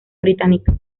británica